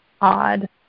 odd